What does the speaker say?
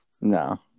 No